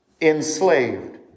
enslaved